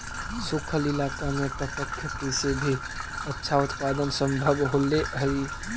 सूखल इलाका में टपक खेती से भी अच्छा उत्पादन सम्भव होले हइ